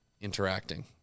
interacting